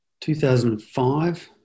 2005